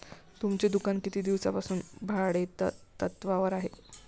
तुमचे दुकान किती दिवसांपासून भाडेतत्त्वावर आहे?